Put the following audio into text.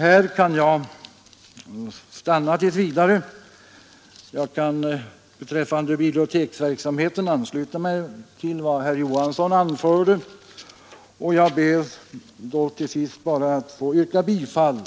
Jag kan tills vidare stanna med det nu anförda. Beträffande biblioteksverksamheten kan jag ansluta mig till vad herr Johansson i Växjö anfört. Jag ber till sist, herr talman, att få yrka bifall